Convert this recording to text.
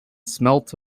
smelt